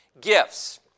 gifts